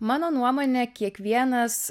mano nuomone kiekvienas